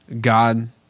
God